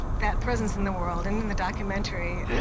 that presence in the world and in the documentary,